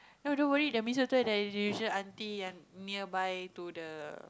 no don't worry the Mee-Soto there's a usual aunty nearby to the